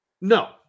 No